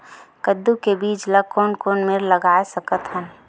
कददू के बीज ला कोन कोन मेर लगय सकथन?